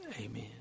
amen